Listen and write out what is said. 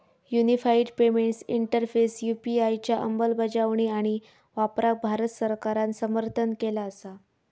unified payments interface UPI च्या अंमलबजावणी आणि वापराक भारत सरकारान समर्थन केला असा